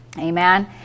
Amen